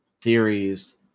theories